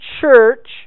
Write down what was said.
church